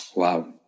Wow